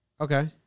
Okay